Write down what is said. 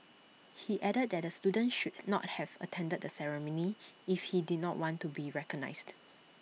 he added that the student should not have attended the ceremony if he did not want to be recognised